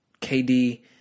KD